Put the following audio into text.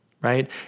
right